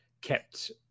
kept